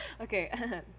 Okay